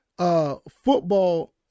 Football